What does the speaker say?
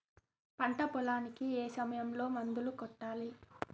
పంట పొలానికి ఏ సమయంలో మందులు కొట్టాలి?